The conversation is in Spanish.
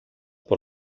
por